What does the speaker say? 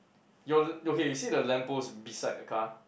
your okay you see the lamppost beside the car